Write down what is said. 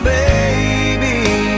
baby